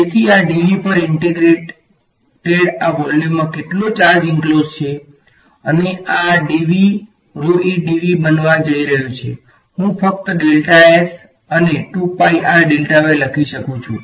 તેથી આ dv પર ઈંટેગ્રેટેડ આ વોલ્યુમમાં કેટલો ચાર્જ ઈંક્લોઝ છે અને આ dv બનવા જઈ રહ્યો છે હું ફક્ત અને લખી શકું છું